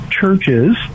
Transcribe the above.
churches